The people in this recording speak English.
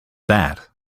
that